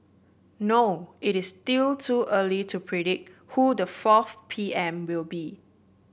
no it is still too early to predict who the fourth P M will be